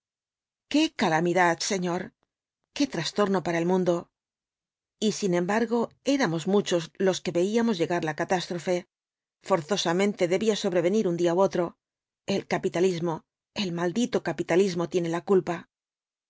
qué calamidad señor qué trastorno para el mundo y sin embargo éramos muchos los que veíamos llegar la catástrofe forzosamente debía sobrevenir un día ú otro el capitalismo el maldito capitalismo tiene la culpa